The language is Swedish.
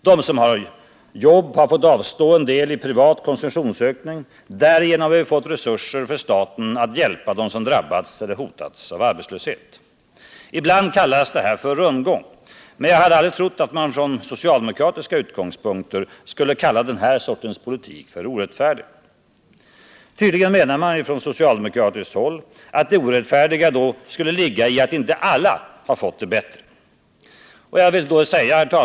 De som har jobb har fått avstå en del i privat konsumtionsökning. Därigenom har vi fått resurser för staten att hjälpa dem som drabbats eller hotats av arbetslöshet. Ibland kallas det här för ”rundgång” , men jag hade aldrig trott att man från socialdemokratiska utgångspunkter skulle kalla den här sortens politik för orättfärdig. Tydligen menar man på socialdemokratiskt håll att det orättfärdiga skulle ligga i att inte alla har fått det bättre.